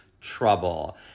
Trouble